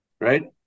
right